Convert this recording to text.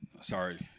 Sorry